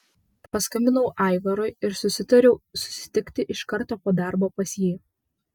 paskambinau aivarui ir susitariau susitikti iš karto po darbo pas jį